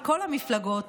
מכל המפלגות,